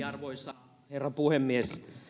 arvoisa herra puhemies